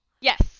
Yes